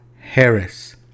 Harris